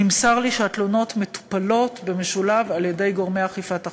נמסר לי שהתלונות מטופלות במשולב על-ידי גורמי אכיפת החוק.